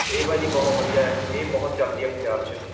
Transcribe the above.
ਇਹ ਭਾਅ ਜੀ ਬਹੁਤ ਵਧੀਆ ਇਹ ਬਹੁਤ ਚੱਲਦੀ ਆ ਪੰਜਾਬ 'ਚ